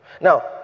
now